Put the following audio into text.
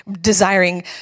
desiring